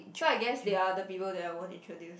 so I guess they are the people that I won't introduce